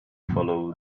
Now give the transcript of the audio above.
follow